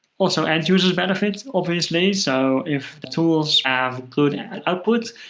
also, end users benefit, obviously. so if the tools have good output,